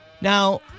Now